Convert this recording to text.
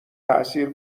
تاثیر